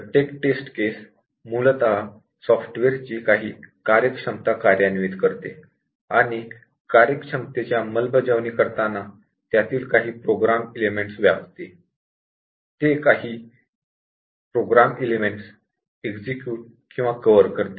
प्रत्येक टेस्टकेस मूलतः सॉफ्टवेअरची काही फंक्शनालिटी एक्झिक्युट करते आणि फंक्शनालिटी ची अंमलबजावणी करताना त्यातील काही प्रोग्राम एलिमेंटस व्यापते ते काही प्रोग्राम एलिमेंटस एक्झिक्युट किंवा कव्हर करते